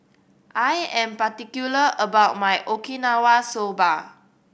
I am particular about my Okinawa Soba